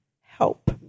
help